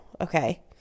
okay